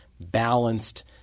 balanced